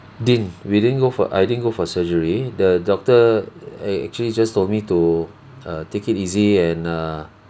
didn't we didn't go for I didn't go for surgery the doctor a~ actually just told me to uh take it easy and err